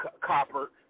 copper